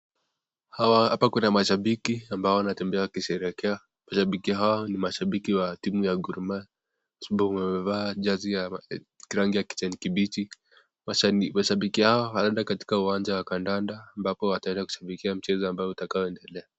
Hapa kuna mashambiki ambao wanatembea wakisherehekea. Mashambiki hao ni mashambiki wa timu ya Gor Mahia, wamevaa jazi ya rangi ya kijani kibichi. Mashambiki hawa wanaeda katika uwanja wa kadada ambapo wataeda kushambikia mchezo ambao utakoendelea.